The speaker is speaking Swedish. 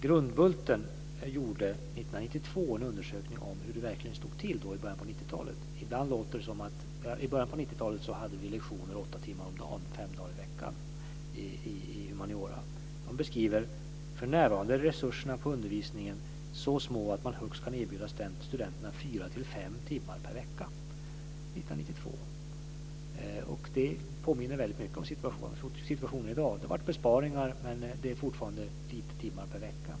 Grundbulten gjorde 1992 en undersökning om hur det verkligen stod till i början av 90-talet. Ibland låter det som att vi i början av 90-talet hade lektioner åtta timmar om dagen fem dagar i veckan i humaniora. De beskriver: För närvarande är resurserna i undervisningen så små att man högst kan erbjuda studenterna 4-5 timmar per vecka. Det var alltså 1992. Det påminner väldigt mycket om situationen i dag. Det har varit besparingar och det är fortfarande få timmar per vecka.